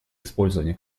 использование